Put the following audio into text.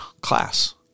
class